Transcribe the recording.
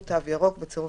בפסקה (4),